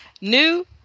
New